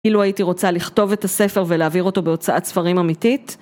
כאילו הייתי רוצה לכתוב את הספר ולהעביר אותו בהוצאת ספרים אמיתית.